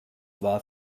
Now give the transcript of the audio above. war